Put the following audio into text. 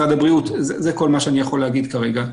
זה כל מה שאני יכול להגיד כרגע.